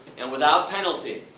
and without penalty.